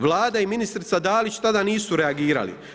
Vlada i ministrica Dalić tada nisu reagirali.